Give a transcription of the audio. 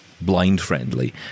blind-friendly